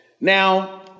Now